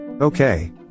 Okay